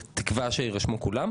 בתקווה שכולם יירשמו.